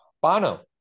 Bono